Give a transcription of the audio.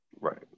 Right